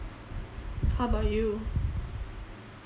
how about you